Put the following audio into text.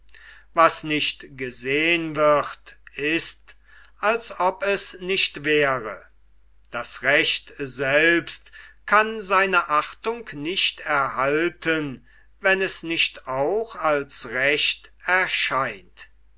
was nicht gesehn wird ist als ob es nicht wäre das recht selbst kann seine achtung nicht erhalten wenn es nicht auch als recht erscheint